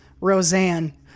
Roseanne